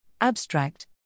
Abstract